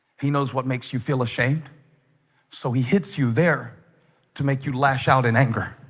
he knows. what makes you feel ashamed so he hits you there to make you lash out in anger